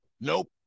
Nope